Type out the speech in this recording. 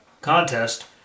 contest